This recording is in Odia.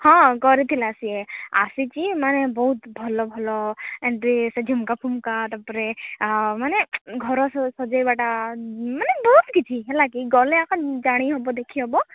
ହଁ କରିଥିଲା ସିଏ ଆସିଛି ମାନେ ବହୁତ ଭଲ ଭଲ ଡ୍ରେସ୍ ଝୁମ୍କାଫୁମ୍କା ତାପରେ ମାନେ ଘର ସଜେଇବାଟା ମାନେ ବହୁତ କିଛି ହେଲାକି ଗଲେ ଏକା ଜାଣିହେବ ଦେଖିହେବ